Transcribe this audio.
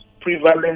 prevalent